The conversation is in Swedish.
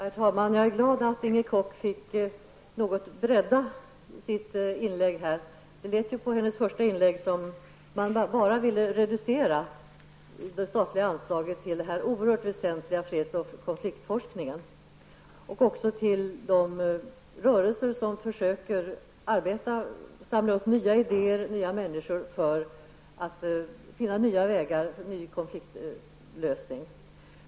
Herr talman! Jag är glad att Inger Koch något fick bredda sitt inlägg. På hennes första inlägg lät det som om man bara ville reducera det statliga anslaget till den oerhört viktiga freds och konfliktforskningen, liksom till de rörelser som försöker samla nya idéer och nya människor, så att man skall kunna finna nya vägar för konfliktlösning.